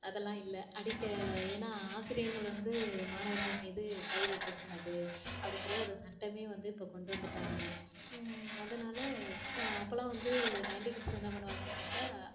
அதெல்லாம் இல்லை அடிக்க ஏன்னா ஆசிரியர்கள் வந்து மாணவர்கள் மீது கை வைக்கக்கூடாது அப்படிங்குற ஒரு சட்டமே வந்து இப்போ கொண்டு வந்துட்டாங்க அதனால் அப்பலாம் வந்து நைன்டி கிட்ஸ் என்ன பண்ணுவாங்கனாக்க